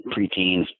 preteens